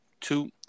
two